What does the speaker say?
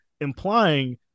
implying